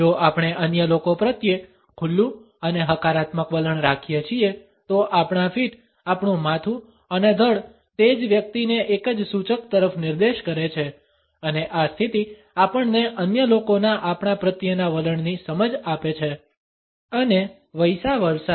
જો આપણે અન્ય લોકો પ્રત્યે ખુલ્લું અને હકારાત્મક વલણ રાખીએ છીએ તો આપણા ફીટ આપણું માથું અને ધડ તે જ વ્યક્તિને એક જ સૂચક તરફ નિર્દેશ કરે છે અને આ સ્થિતિ આપણને અન્ય લોકોના આપણા પ્રત્યેના વલણની સમજ આપે છે અને વઈસા વર્સા